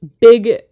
big